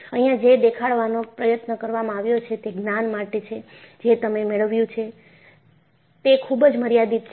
અહીંયા જે દેખાડવાનો પ્રયત્ન કરવામાં આવ્યો છે તે જ્ઞાન માટે છે જે તમે મેળવ્યું છે તે ખુબ જ મર્યાદિત છે